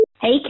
Hey